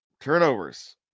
turnovers